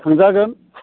थांजागोन